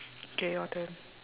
K your turn